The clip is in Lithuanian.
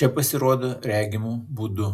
čia pasirodo regimu būdu